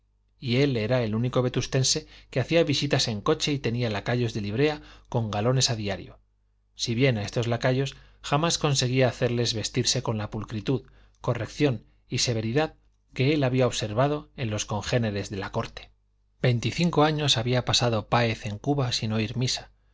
y él era el único vetustense que hacía visitas en coche y tenía lacayos de librea con galones a diario si bien a estos lacayos jamás conseguía hacerles vestirse con la pulcritud corrección y severidad que él había observado en los congéneres de la corte veinticinco años había pasado páez en cuba sin oír misa